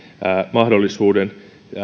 mahdollisuuden